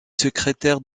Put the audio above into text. secrétaire